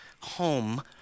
home